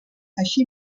així